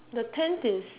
the tent is